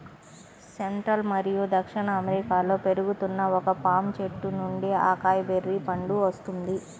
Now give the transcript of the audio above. central మరియు దక్షిణ అమెరికాలో పెరుగుతున్న ఒక పామ్ చెట్టు నుండి అకాయ్ బెర్రీ పండు వస్తుంది